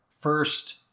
first